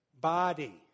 body